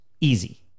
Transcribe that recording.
Easy